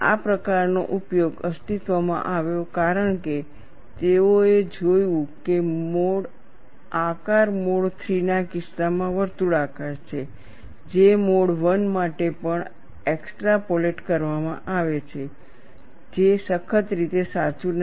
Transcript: આ પ્રકારનો ઉપયોગ અસ્તિત્વમાં આવ્યો કારણ કે તેઓએ જોયું છે કે આકાર મોડ III ના કિસ્સામાં વર્તુળાકાર છે જે મોડ I માટે પણ એક્સ્ટ્રાપોલેટ કરવામાં આવે છે જે સખત રીતે સાચું નથી